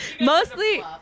mostly